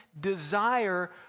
desire